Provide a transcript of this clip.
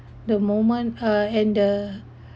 the moment uh and the